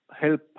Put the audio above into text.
help